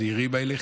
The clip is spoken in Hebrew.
הצעירים האלה,